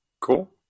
Cool